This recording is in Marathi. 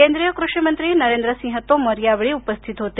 केंद्रीय कृषी मंत्री नरेंद्र सिंह तोमर यावेळी उपस्थित होते